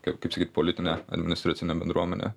kai kaip sakyt politinė administracinė bendruomenė